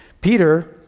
Peter